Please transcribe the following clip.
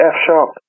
F-sharp